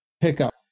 pickup